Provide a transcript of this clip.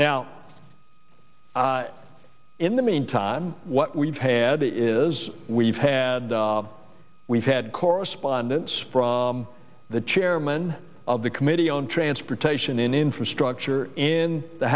now in the meantime what we've had the is we've had we've had correspondence from the chairman of the committee on transportation and infrastructure in the